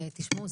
ותשמעו,